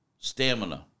stamina